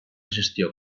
gestió